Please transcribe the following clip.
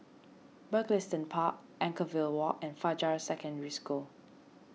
Mugliston Park Anchorvale Walk and Fajar Secondary School